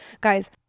Guys